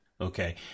okay